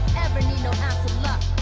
ever need no ounce of luck